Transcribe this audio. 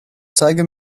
zeige